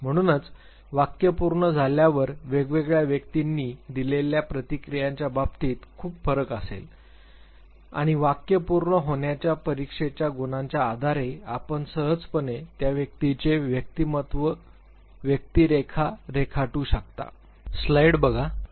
म्हणूनच वाक्य पूर्ण झाल्यावर वेगवेगळ्या व्यक्तींनी दिलेल्या प्रतिक्रियांच्या बाबतीत खूप फरक असेल आणि वाक्य पूर्ण होण्याच्या परीक्षेच्या गुणांच्या आधारे आपण सहजपणे त्या व्यक्तीचे व्यक्तिमत्त्व व्यक्तिरेखा रेखाटू शकता